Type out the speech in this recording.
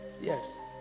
Yes